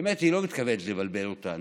באמת, היא לא מתכוונת לבלבל אותנו.